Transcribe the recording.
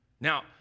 Now